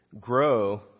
grow